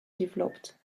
developed